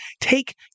take